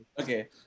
Okay